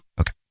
Okay